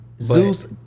Zeus